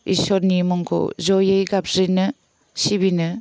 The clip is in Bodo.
इसोरनि मुंखौ जयै गाबज्रिनो सिबिनो